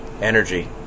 energy